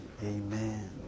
Amen